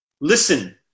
listen